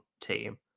team